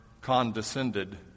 condescended